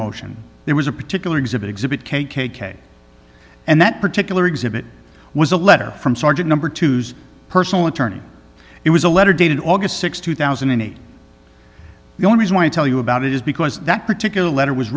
motion there was a particular exhibit exhibit k k k and that particular exhibit was a letter from sergeant number two's personal attorney it was a letter dated august th two thousand and eight the only one to tell you about it is because that particular letter was